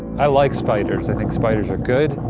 i like spiders, i think spiders are good,